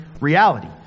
reality